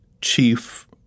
chief